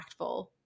impactful